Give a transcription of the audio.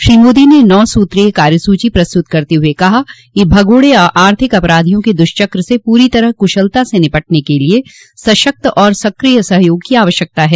श्री मोदी ने नौ सूत्रीय कार्यसूची प्रस्तुत करते हुए कहा कि भगोड़े आर्थिक अपराधियों के द्ष्वक्र से पूरी तरह कुशलता से निपटने के लिए सशक्त और सक्रिय सहयोग की आवश्यकता है